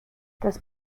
das